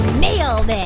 nailed it.